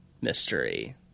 mystery